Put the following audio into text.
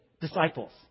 disciples